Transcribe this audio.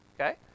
okay